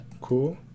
Cool